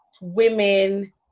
women